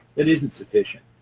it isn't sufficient.